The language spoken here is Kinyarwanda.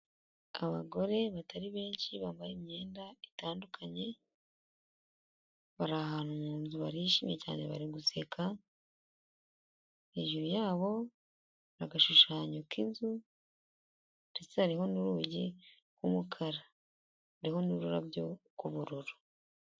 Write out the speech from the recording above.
Abagore batari benshi bambaye imyenda itandukanye bari ahantu mu nzu barishimye cyane bari guseka, hejuru yabo hari agashushanyo k'inzu ndetse hariho n'urugi rw'umukara hariho n'ururabyo rw'ubururu.